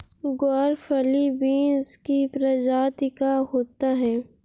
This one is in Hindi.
ग्वारफली बींस की प्रजाति का होता है